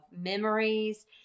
memories